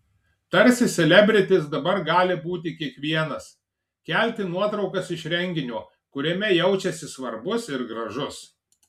tarsi selebritis dabar gali būti kiekvienas kelti nuotraukas iš renginio kuriame jaučiasi svarbus ir gražus